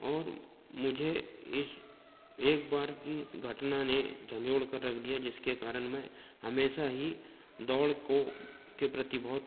और मुझे इस एक बार कि इस घटना ने झंझोड़ कर रख दिया जिसके कारण मैं हमेशा ही दौड़ को के प्रति बहुत